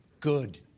Good